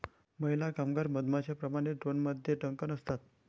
महिला कामगार मधमाश्यांप्रमाणे, ड्रोनमध्ये डंक नसतात